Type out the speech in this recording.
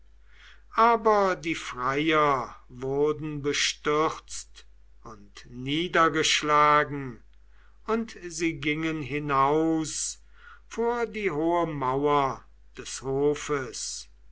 aber die freier wurden bestürzt und niedergeschlagen und sie gingen hinaus vor die hohe mauer des hofes